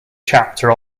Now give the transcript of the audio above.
chapter